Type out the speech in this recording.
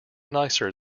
nicer